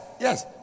yes